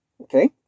Okay